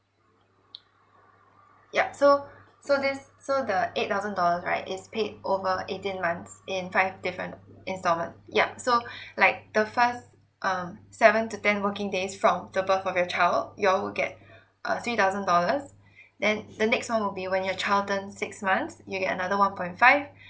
yup so so this so the eight thousand dollars right is paid over eighteen months in five different instalment yup so like the first um seven to ten working days from the birth of your child you all will get uh three thousand dollars then the next one will be when your child turn six months you get another one point five